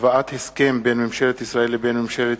הבאת הסכם בין ממשלת ישראל לבין ממשלת